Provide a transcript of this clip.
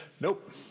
Nope